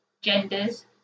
genders